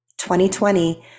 2020